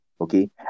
Okay